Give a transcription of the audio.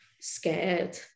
scared